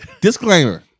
Disclaimer